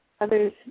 others